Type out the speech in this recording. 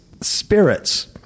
spirits